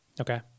Okay